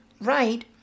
right